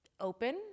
open